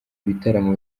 ibitaramo